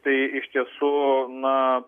tai iš tiesų na